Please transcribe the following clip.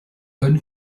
own